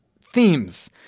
themes